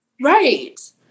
Right